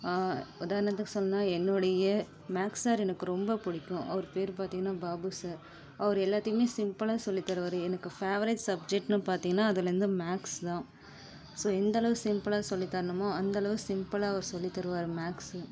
உதாரணத்துக்கு சொல்லணுன்னா என்னுடைய மேக்ஸ் சார் எனக்கு ரொம்ப பிடிக்கும் அவர் பேர் பார்த்திங்கன்னா பாபு சார் அவர் எல்லாத்தையுமே சிம்ப்பிளாக சொல்லி தருவார் எனக்கு ஃபேவரட் சப்ஜெக்ட்னு பார்த்திங்கன்னா அதுலேருந்து மேக்ஸ் தான் ஸோ எந்தளவு சிம்ப்பிளாக சொல்லித் தரணுமோ அந்தளவு சிம்ப்பிளாக அவர் சொல்லித் தருவார் மேக்ஸு